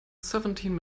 seventeen